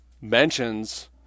mentions